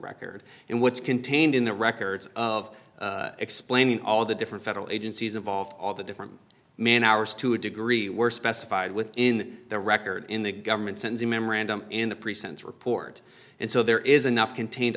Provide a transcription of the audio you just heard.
record and what's contained in the records of explaining all the different federal agencies involved all the different man hours to a degree were specified within the record in the government since the memorandum in the presents report and so there is enough contain